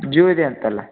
ಜ್ಯುದಿ ಅಂತಲ್ಲ